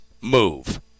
move